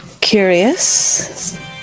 curious